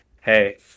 hey